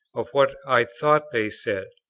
of what i thought they said,